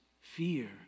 fear